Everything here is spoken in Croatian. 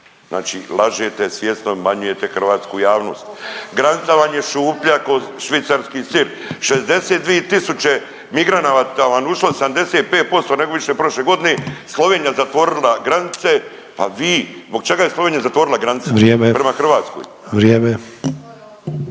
Znači lažete, svjesno obmanjujete hrvatsku javnost. Granica vam je šuplja ko švicarski sir. 62000 migranata vam je ušlo, 75% više nego prošle godine. Slovenija zatvorila granice, a vi, zbog čega je Slovenija zatvorila granice? …/Upadica Sanader: Vrijeme./…